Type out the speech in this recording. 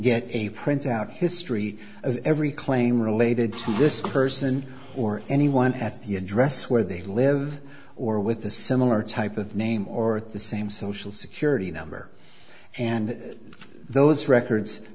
get a printout history of every claim related to this person or anyone at the address where they live or with a similar type of name or the same social security number and those records